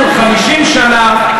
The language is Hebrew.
50 שנה,